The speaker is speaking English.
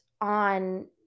on